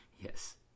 Yes